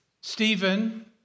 Stephen